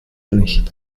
nicht